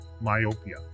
myopia